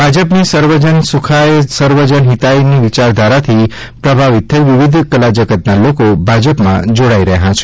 ભાજપની સર્વજન સુખાય સર્વજન હિતાયની વિચારધારાથી પ્રભાવિત થઇ વિવિધ કલાજગતના લોકો ભાજપમાં જોડાઇ રહ્યાં છે